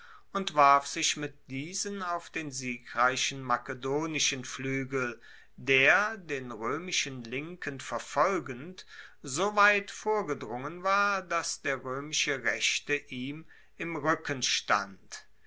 und warf sich mit diesen auf den siegreichen makedonischen fluegel der den roemischen linken verfolgend so weit vorgedrungen war dass der roemische rechte ihm im